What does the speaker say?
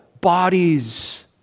bodies